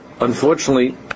unfortunately